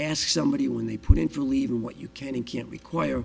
ask somebody when they put in for leave in what you can and can't require